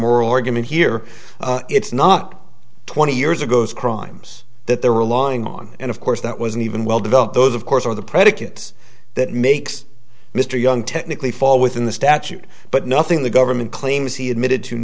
from oral argument here it's not twenty years ago crimes that they were lying on and of course that was an even well developed those of course are the predicates that makes mr young technically fall within the statute but nothing the government claims he admitted to